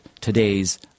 today's